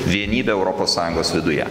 vienybe europos sąjungos viduje